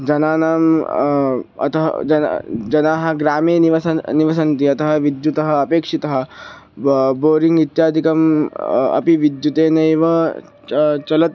जनानाम् अतः जन जनाः ग्रामे निवसन्ति निवसन्ति अतः विद्युत् अपेक्षिता ब बोरिङ्ग् इत्यादिकम् अपि विद्युता एव च चलति